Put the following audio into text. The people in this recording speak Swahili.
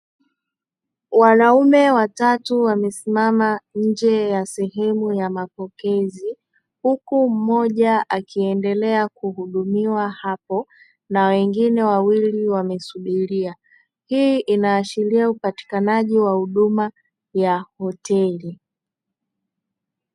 Wanaume watatu, wamesimama nje ya sehemu ya mapokezi, huku mmoja akiendelea kuhudumiwa hapo. Na wengine wawili wamesubiria, hii inaashiria upatikanaji wa huduma ya haloteli.